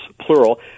plural